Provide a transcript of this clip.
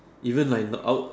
even like out